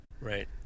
right